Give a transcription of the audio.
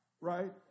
right